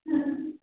हूँ